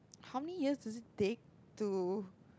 how many years does it take to